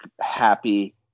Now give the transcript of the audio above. happy